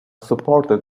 supported